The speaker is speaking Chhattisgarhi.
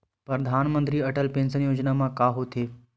परधानमंतरी अटल पेंशन योजना मा का होथे?